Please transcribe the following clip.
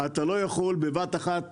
אתה לא יכול בבת אחת